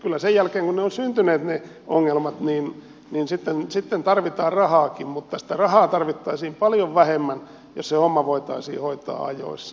kyllä sen jälkeen kun ovat syntyneet ne ongelmat meillä on se että sitä tarvitaan rahaakin mutta sitä rahaa tarvittaisiin paljon vähemmän jos se homma voitaisiin hoitaa ajoissa